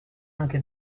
anche